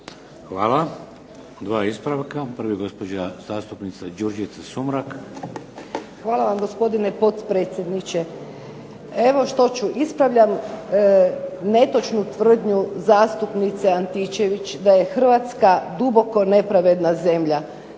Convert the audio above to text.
Hvala. Dva ispravka. Prvi gospođa zastupnica Đurđica Sumrak. **Sumrak, Đurđica (HDZ)** Hvala vam gospodine potpredsjedniče. Evo što ću? Ispravljam netočnu tvrdnju zastupnice Antičević da je Hrvatska duboko nepravedna zemlja.